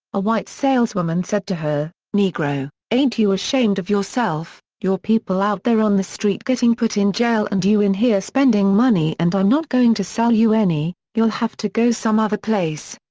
a white saleswoman said to her, negro, ain't you ashamed of yourself, your people out there on the street getting put in jail and you in here spending money and i'm not going to sell you any, you'll have to go some other place.